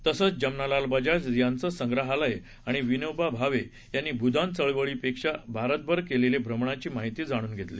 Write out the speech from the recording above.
तसंच जमनालाल बजाज यांचं संग्रहालय आणि विनोबा भावे यांनी भुदान चळवळीच्यावेळी भारतभर केलेल्या भ्रमणाची माहिती जाणून घेतली